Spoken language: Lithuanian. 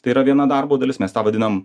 tai yra viena darbo dalis mes tą vadinam